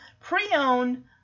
Pre-Owned